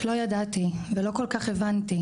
לא ידעתי ולא כל כך הבנתי,